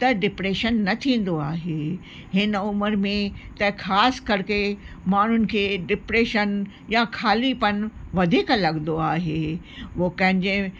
त डिप्रेशन न थींदो आहे हिन उमिरि में त ख़ासि करके माण्हुनि खे डिप्रेशन या ख़ालीपन वधीक लॻंदो आहे उहो कंहिंजे